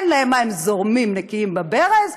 אין להם מים זורמים נקיים בברז,